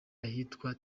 ahitwa